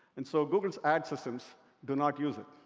and so google's ads systems do not use it.